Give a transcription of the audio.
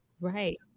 Right